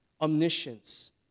Omniscience